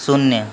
शून्य